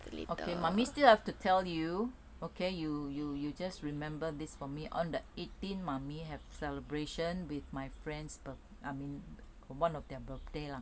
okay mummy still have have to tell you okay you you you just remember this for me on the eighteen mummy have celebration with my friends bir~ I mean one of their birthday lah